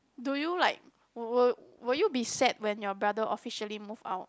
do you like will will you be sad when your brother officially move out